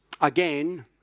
again